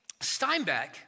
Steinbeck